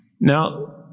Now